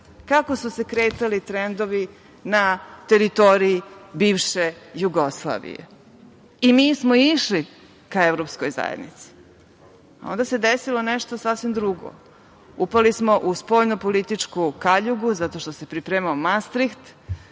Kako su se kretali trendovi na teritoriji bivše Jugoslavije i mi smo išli ka Evropskoj zajednici. Onda se desilo nešto sasvim drugo, upali smo u spoljno političku kaljugu zato što se pripremao mastrikt